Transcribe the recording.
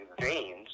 veins